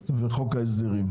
הקטנים.